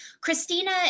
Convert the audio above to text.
christina